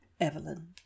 Evelyn